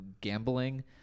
gambling